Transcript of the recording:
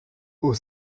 aux